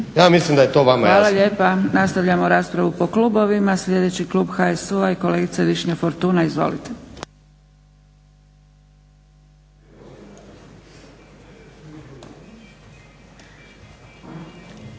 Dragica (SDP)** Hvala lijepa. Nastavljamo raspravu po klubovima. Sljedeći klub HSU-a i kolegica Višnja Fortuna. Izvolite.